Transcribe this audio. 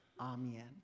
Amen